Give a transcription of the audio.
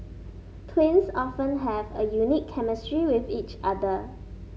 twins often have a unique chemistry with each other